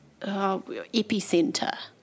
Epicenter